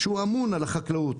שהוא אמון על החקלאות,